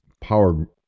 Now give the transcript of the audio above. power